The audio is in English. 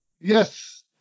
Yes